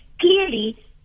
clearly